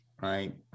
right